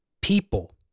people